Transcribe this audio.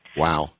wow